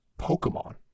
Pokemon